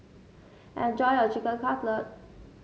enjoy your Chicken Cutlet